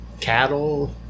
cattle